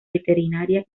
veterinaria